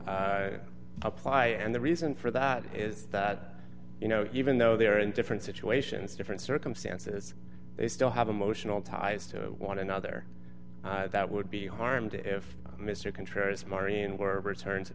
apply and the reason for that is that you know even though they are in different situations different circumstances they still have emotional ties to one another that would be harmed if mr